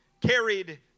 carried